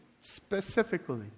specifically